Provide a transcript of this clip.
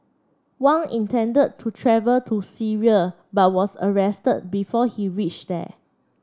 Wang intended to travel to Syria but was arrested before he reached there